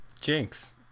Jinx